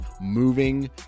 moving